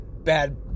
bad